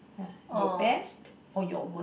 ya your best or your worst